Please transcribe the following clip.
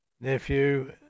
nephew